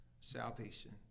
salvation